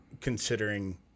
considering